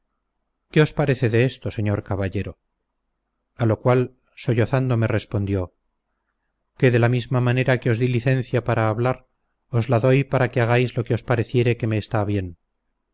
qué os parece de esto señor caballero a lo cual sollozando me respondió que de la misma manera que os di licencia para hablar os la doy para que hagáis lo que os pareciere que me está bien